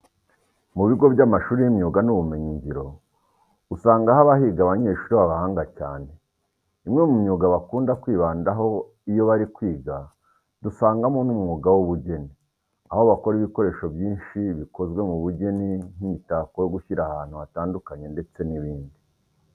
Mu bigo by'amashuri y'imyuga n'ubumenyingiro usanga haba higa abanyeshuri b'abahanga cyane. Imwe mu myuga bakunda kwibandaho iyo bari kwiga dusangamo n'umwuga w'ubugeni, aho bakora ibikoresho byinshi bikozwe mu bugeni nk'imitako yo gushyira ahantu hatandukanye ndetse n'ibindi.